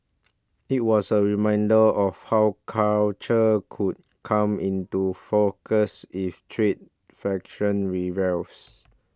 it was a reminder of how culture could come into focus if trade fraction reveals